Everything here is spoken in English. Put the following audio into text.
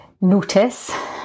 notice